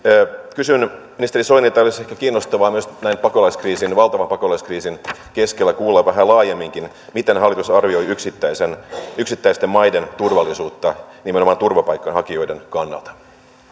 kysyn ministeri soinilta ja olisi ehkä kiinnostavaa myös näin valtavan pakolaiskriisin keskellä kuulla vähän laajemminkin miten hallitus arvioi yksittäisten maiden turvallisuutta nimenomaan turvapaikanhakijoiden kannalta